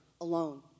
alone